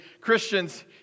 Christians